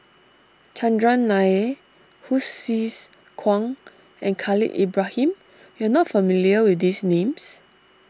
Chandran Nair Hsu Tse Kwang and Khalil Ibrahim you are not familiar with these names